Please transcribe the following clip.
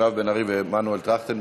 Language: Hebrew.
מירב בן ארי ומנואל טרכטנברג,